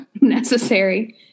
necessary